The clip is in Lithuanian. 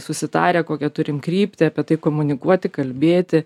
susitarę kokią turim kryptį apie tai komunikuoti kalbėti